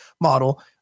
model